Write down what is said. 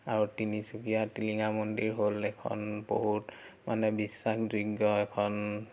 আৰু তিনিচুকীয়া টিলিঙা মন্দিৰ হ'ল এখন বহুত মানে বিশ্বাসযোগ্য এখন